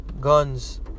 guns